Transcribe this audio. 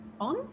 on